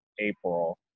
April